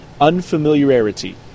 Unfamiliarity